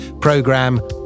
program